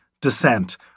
descent